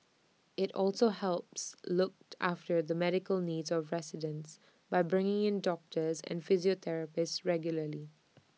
IT also helps look after the medical needs of residents by bringing in doctors and physiotherapists regularly